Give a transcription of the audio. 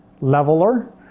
leveler